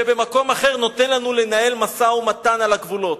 ובמקום אחר נותן לנו לנהל משא-ומתן על הגבולות.